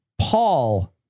Paul